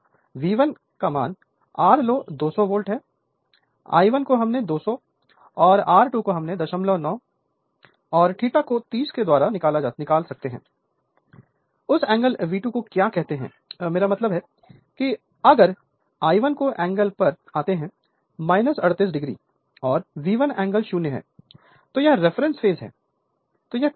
तो V 1 is RLow 200 volt है I1 को हम 200 R209 and ∅ और ∅ को 30 के द्वारा कंप्यूट करते हैं उस एंगल V2 को क्या कहते हैं मेरा मतलब है कि अगर I1 के एंगल पर आते हैं 38 o और V1 एंगल 0 है तो यह रेफरेंस फेस है